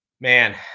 man